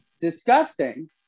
Disgusting